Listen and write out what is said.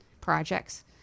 projects